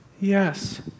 Yes